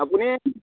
আপুনি